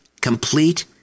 Complete